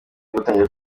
batangira